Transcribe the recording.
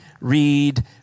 read